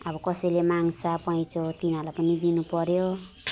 अब कसैले माग्छ पैँचो तिनीहरूलाई पनि दिनु पर्यो